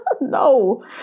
No